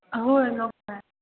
होय मग काय